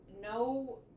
no